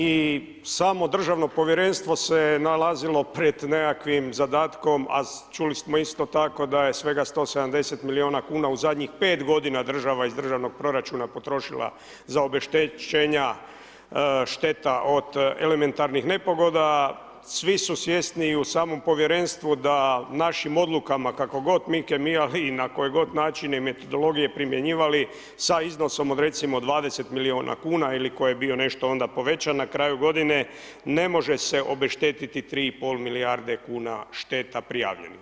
I samo državno povjerenstvo se nalazio pred nekakvim zadatkom, a čuli smo isto tko, da je svega 170 milijuna kuna, u zadnjih 5 g. država iz državnog proračuna potrošila za obeštećenja šteta od elementarnih nepogoda, svi su svjesni i u samom povjerenstvu, da našim odlukama, kako god mi kemijali i na koje god načine metodologije primjenjivali sa iznosom od recimo 20 milijuna kuna ili koje bio nešto onda povećan na kraju g. ne može se obeštetiti 3,5 milijarde kn šteta prijavljenih.